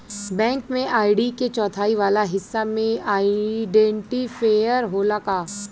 Bank में ID के चौथाई वाला हिस्सा में आइडेंटिफैएर होला का?